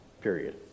period